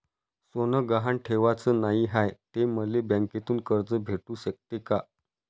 सोनं गहान ठेवाच नाही हाय, त मले बँकेतून कर्ज भेटू शकते का?